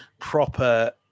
Proper